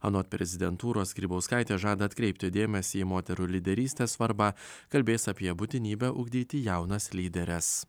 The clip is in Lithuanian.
anot prezidentūros grybauskaitė žada atkreipti dėmesį į moterų lyderystės svarbą kalbės apie būtinybę ugdyti jaunas lyderes